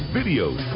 videos